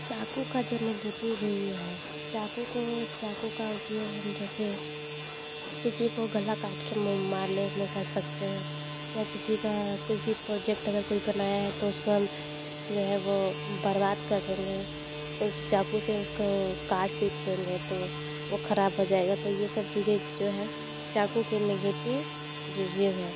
चाकू का जो निगेटिव रिव्यू है चाकू को चाकू का उपयोग हम जैसे किसी को गला काट कर मारने में कर सकते हैं या किसी का कुछ भी प्रोजेक्ट अगर कोई बनाया है तो उसको हम जो है वह बर्बाद कर देंगे उस चाकू से उसको काट पिट देंगे तो वह ख़राब हो जाएगा तो यह सब चीज़ें जो हैं चाकू के निगेटिव रिव्यू है